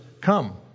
come